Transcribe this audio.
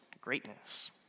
greatness